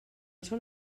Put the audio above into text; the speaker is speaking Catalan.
són